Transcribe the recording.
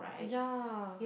ya